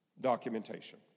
documentation